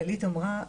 גלית אמרה,